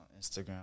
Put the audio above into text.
Instagram